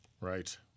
Right